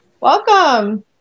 Welcome